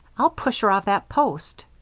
i'll push her off that post.